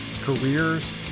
careers